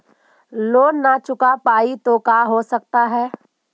Loan न चुका पाई तो का हो सकता है?